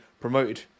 promoted